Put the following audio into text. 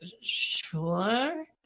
sure